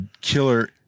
killer